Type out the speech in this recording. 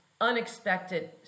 unexpected